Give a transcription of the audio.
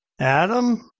Adam